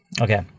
Okay